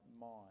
mind